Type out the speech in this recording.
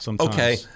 Okay